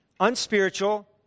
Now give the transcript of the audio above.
Unspiritual